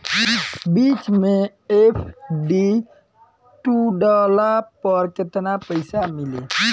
बीच मे एफ.डी तुड़ला पर केतना पईसा मिली?